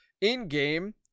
in-game